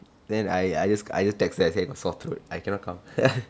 then I I just I just text her I said sore throat I cannot come